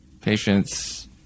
patients